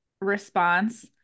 response